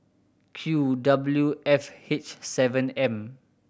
Q W F H seven M